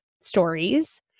stories